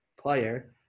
player